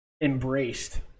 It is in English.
embraced